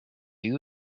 view